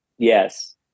Yes